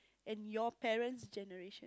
and your parent's generation